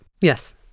yes